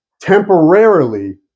temporarily